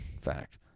Fact